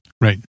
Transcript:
Right